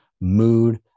mood